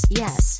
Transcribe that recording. yes